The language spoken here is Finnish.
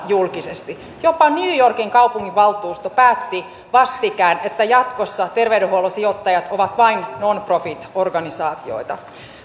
julkisesti jopa new yorkin kaupunginvaltuusto päätti vastikään että jatkossa terveydenhuollon sijoittajat ovat vain non profit organisaatioita